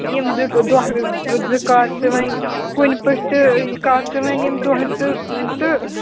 یِم زٕ دۄہ زٕ کَر ژٕ وۄنۍ کُنہِ پٲٹھۍ تہٕ یہِ کَر ژٕ وۄنۍ یِم دۄہ زٕ تہٕ